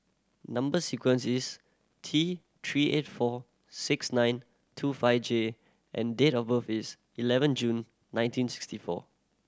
number sequence is T Three eight four six nine two five J and date of birth is eleven June nineteen sixty four